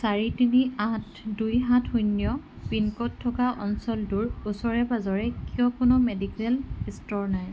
চাৰি তিনি আঠ দুই সাত শূন্য পিনক'ড থকা অঞ্চলটোৰ ওচৰে পাঁজৰে কিয় কোনো মেডিকেল ষ্ট'ৰ নাই